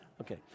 Okay